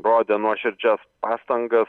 rodė nuoširdžias pastangas